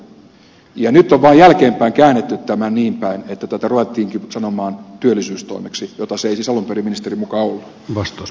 nyt on vaan jälkeen päin käännetty tämä niin päin että tätä ruvettiinkin sanomaan työllisyystoimeksi jota se ei siis alun perin ministerin mukaan ollut